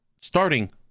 Starting